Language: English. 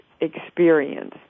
experience